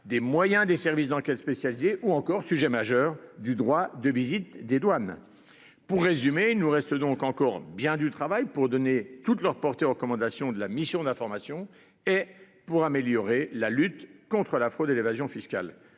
des moyens des services d'enquête spécialisés ou encore sujet majeur du droit de visite des douanes. Pour résumer, il nous reste donc encore bien du travail pour donner toute leur portée aux recommandations de la mission d'information et pour améliorer la lutte contre la fraude et l'évasion fiscale.